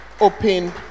open